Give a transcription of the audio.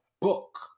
book